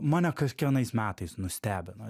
mane kas kiekvienais metais nustebina